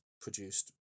produced